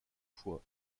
fois